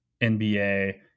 NBA